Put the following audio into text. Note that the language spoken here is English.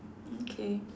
mm K